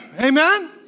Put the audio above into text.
Amen